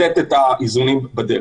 החוק הזה אמור להבטיח שהדבר הזה לא יקרה.